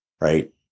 right